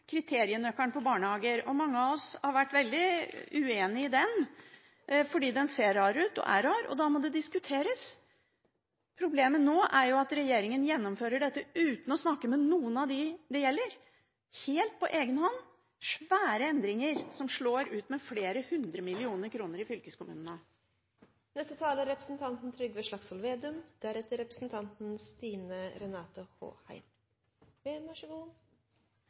fordi den ser rar ut og er rar, og da må det diskuteres. Problemet nå er at regjeringen gjennomfører dette uten å snakke med noen av dem det gjelder, helt på egen hånd – svære endringer som slår ut med flere hundre millioner kroner i fylkeskommunene. Innlegget jeg holdt i stad, har generert noen nye innlegg, bl.a. fra representanten Ingjerd Schou som var opptatt av statens innbyggerundersøkelse. Det er helt rett, som representanten